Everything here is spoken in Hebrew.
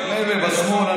מילא בשמאל,